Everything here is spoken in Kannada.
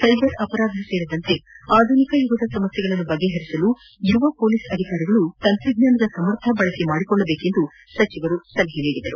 ಸೈಬರ್ ಅಪರಾಧ ಸೇರಿದಂತೆ ಆಧುನಿಕ ಯುಗದ ಸಮಸ್ಟೆಗಳನ್ನು ಬಗೆಹರಿಸಲು ಯುವ ಷೊಲೀಸ್ ಅಧಿಕಾರಿಗಳು ತಂತ್ರಜ್ಞಾನದ ಸಮರ್ಥ ಬಳಕೆ ಮಾಡಿಕೊಳ್ಳಬೇಕು ಎಂದು ಸಚಿವರು ಸಲಹೆ ನೀಡಿದರು